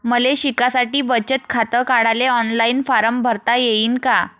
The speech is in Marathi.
मले शिकासाठी बचत खात काढाले ऑनलाईन फारम भरता येईन का?